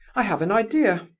i have an idea.